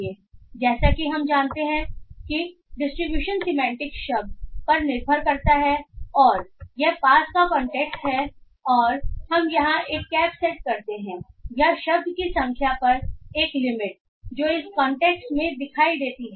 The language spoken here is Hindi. इसलिए जैसा कि हम जानते हैं कि डिस्ट्रीब्यूशन सीमेंटेक्स शब्द पर निर्भर करता है और यह पास का कांटेक्स्ट है और हम यहाँ एक कैप सेट करते हैं या शब्द की संख्या पर एक लिमिट जो इस कांटेक्स्ट मे दिखाई देती है